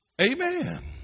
Amen